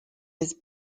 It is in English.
his